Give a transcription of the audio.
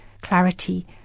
clarity